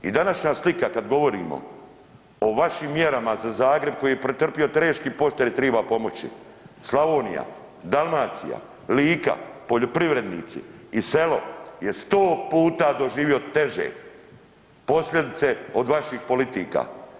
I današnja slika kad govorimo o vašim mjerama za Zagreb koji je pretrpio teški potres triba pomoći, Slavonija, Dalmacija, Lika, poljoprivrednici i selo je 100 puta doživio teže posljedice od vaših politika.